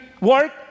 work